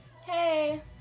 hey